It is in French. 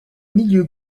milieu